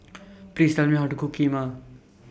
Please Tell Me How to Cook Kheema